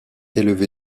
élevée